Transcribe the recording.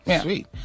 Sweet